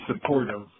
supportive